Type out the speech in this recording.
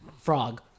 Frog